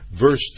verse